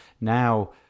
Now